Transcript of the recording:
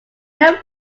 never